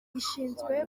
rishinzwe